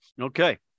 Okay